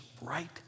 right